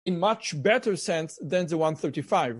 במידה הרבה יותר טובה מאשר ה-135.